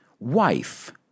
Wife